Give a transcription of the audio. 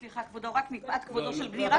סליחה כבודו, רק מפאת כבודו של בני.